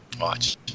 Watch